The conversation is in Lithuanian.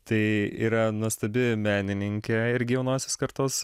tai yra nuostabi menininkė irgi jaunosios kartos